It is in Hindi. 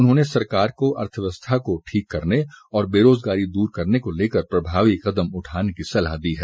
उन्होंने सरकार को अर्थव्यवस्था को ठीक करने और बेरोजगारी दूर करने को लेकर प्रभावी कदम उठाने की सलाह दी है